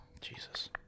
Jesus